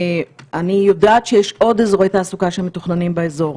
אני יודעת שיש עוד אזורי תעסוקה שמתוכננים באזור,